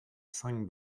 cinq